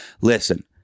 listen